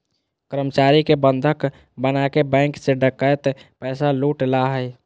कर्मचारी के बंधक बनाके बैंक से डकैत पैसा लूट ला हइ